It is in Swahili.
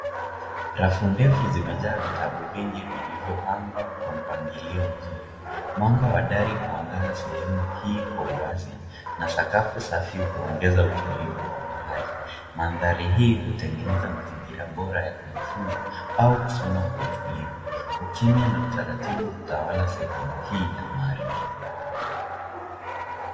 Rafu ndefu zimejaa vitabu vingi vilivyopangwa kwa mpangilio mzuri. Mwanga wa dari huangaa sehemu hii kwa uwazi na sakafu safi huongeza utulivu wa mahali. Mandhari hii hutengeneza mazingira bora ya kujifunza au kusoma kwa utulivu. ukimya na utaratibu hutawala sehemu hii ya maarifa.